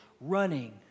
running